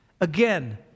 Again